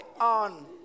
on